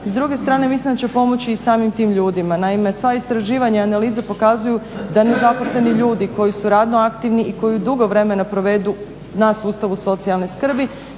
s druge strane mislim da će pomoći i samim tim ljudima. Naime, sva istraživanja i analize pokazuju da nezaposleni ljudi koji su radno aktivni i koji dugo vremena provedu da sustavu socijalne skrbi